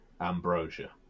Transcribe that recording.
ambrosia